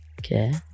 okay